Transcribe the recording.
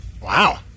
Wow